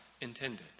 intended